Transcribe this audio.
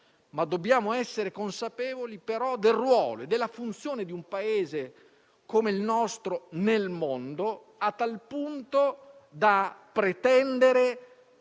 ma dobbiamo essere consapevoli del ruolo e della funzione di un Paese come il nostro nel mondo, a tal punto da pretendere